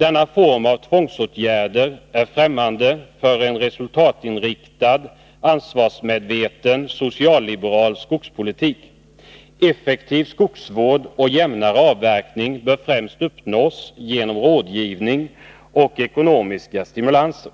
Denna form av tvångsåtgärder är främmande för en resultatinriktad, ansvarsmedveten socialliberal skogspolitik. Effektiv skogsvård och jämnare avverkning bör främst kunna uppnås genom rådgivning och ekonomiska stimulanser.